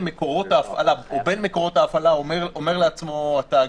מתחייבת למי שבא לקנות ממנו מוצרים או שירותים,